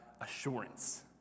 assurance